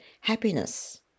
happiness